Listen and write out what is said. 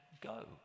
go